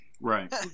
right